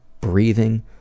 breathing